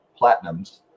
Platinums